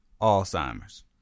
Alzheimer's